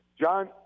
John